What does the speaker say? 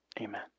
Amen